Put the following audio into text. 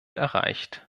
erreicht